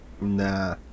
Nah